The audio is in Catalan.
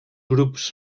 grups